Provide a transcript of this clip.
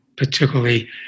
Particularly